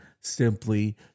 simply